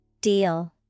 Deal